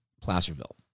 Placerville